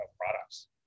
products